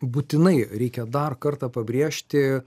būtinai reikia dar kartą pabrėžti